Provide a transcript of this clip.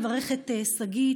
לברך את שגית,